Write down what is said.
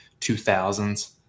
2000s